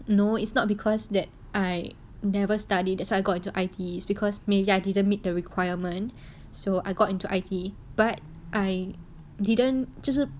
no it's not because that I never study that's why I got into I_T_E because maybe I didn't meet the requirement so I got into I_T_E but I didn't 就是